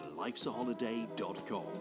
lifesaholiday.com